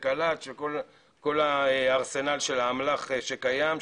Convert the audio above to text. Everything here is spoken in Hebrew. וקלאצ'ים וכל הארסנל של האמל"ח שקיים,